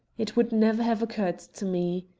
it would never have occurred to me.